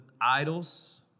idols